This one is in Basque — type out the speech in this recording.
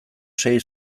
sei